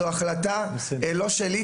זו החלטה לא שלי,